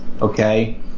okay